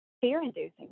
fear-inducing